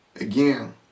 Again